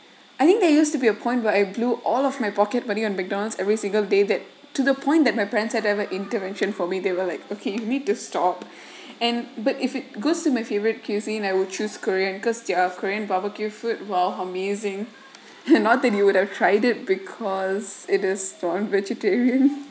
I think there used to be a point where I blew all of my pocket buying on mcdonald's every single day that to the point that my parents had an intervention for me they were like okay you need to stop and but if it goes to my favorite cuisine I will choose korean cause you have korean barbecue food while amazing and not that you would have tried it because it is not vegetarian